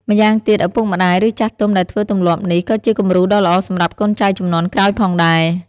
ម្យ៉ាងទៀត ឪពុកម្ដាយ ឬចាស់ទុំដែលធ្វើទម្លាប់នេះ ក៏ជាគំរូដ៏ល្អសម្រាប់កូនចៅជំនាន់ក្រោយផងដែរ។